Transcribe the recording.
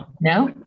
No